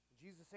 Jesus